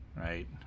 right